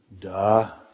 Duh